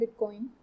Bitcoin